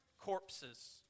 corpses